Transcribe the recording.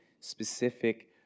specific